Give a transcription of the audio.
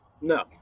No